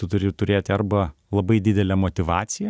tu turi turėti arba labai didelę motyvaciją